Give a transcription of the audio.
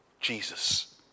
Jesus